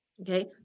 okay